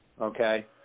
okay